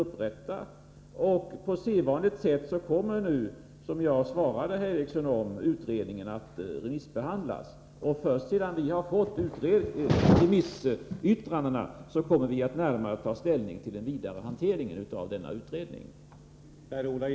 På sedvanligt sätt kommer nu utredningen att remissbehandlas, och först sedan vi har fått in remissyttrandena kommer vi att närmare ta ställning till den fortsatta hanteringen av detta ärende.